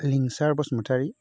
Linsar Basumatary